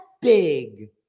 big